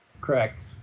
Correct